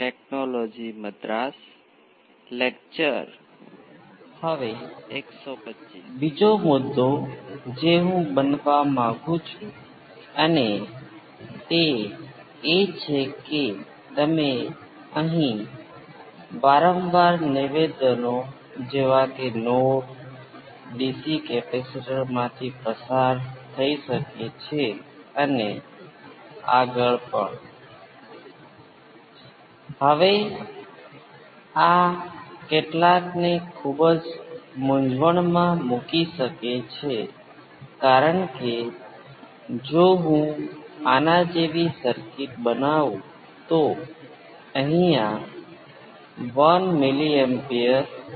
તેથી આ સામાન્ય સ્વરૂપ છે જેનો આપણે ઉપયોગ કરીશું તેથી ઉદાહરણ તરીકે sin ω t ઇનપુટ છે આપણે હજી પણ વિચારીશું કે તેમાં V p cos ω t 5 by 2 છે તે અનૌપચારિકતા બતાવે છે પછી આપણે જોશું કે ઘણા બધા શોર્ટ કટ છે જેનો ઉપયોગ આપણે કરશું આપણે આ બધા સ્ટેપમાંથી પસાર થસું નહીં જે આપણે ત્યાં એક્સ્પોનેંસિયલ મૂક્યા હતા અને પછી તે બધી વસ્તુઓ કરી